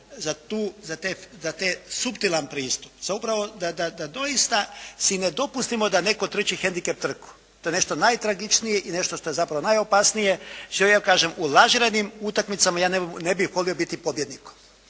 za te suptilan pristup, za upravo da doista si ne dopustimo da netko treći hendikep trku. To je nešto najtragičnije i nešto što je zapravo najopasnije. Zato ja uvijek kažem, u lažiranim utakmicama ja ne bih volio biti pobjednikom.